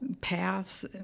paths